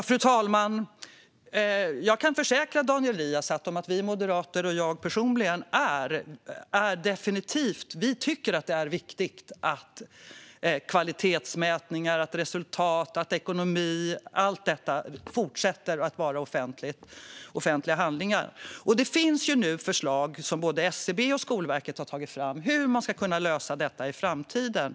Fru talman! Jag kan försäkra Daniel Riazat att Moderaterna och jag personligen definitivt tycker att det är viktigt att kvalitetsmätningar, resultat, ekonomi och allt sådant fortsätter att vara offentliga handlingar. Det finns nu förslag som både SCB och Skolverket har tagit fram på hur man ska kunna lösa detta i framtiden.